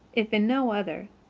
if in no other,